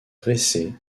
dressées